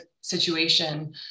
situation